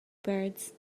birds